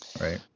Right